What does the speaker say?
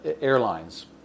airlines